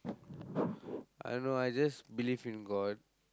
I know I just believe in god